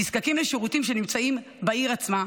נזקקים לשירותים שנמצאים בעיר עצמה,